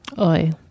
Oi